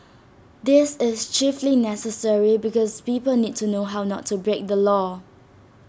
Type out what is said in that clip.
this is chiefly necessary because people need to know how not to break the law